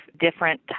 different